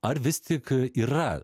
ar vis tik yra